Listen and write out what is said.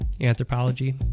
anthropology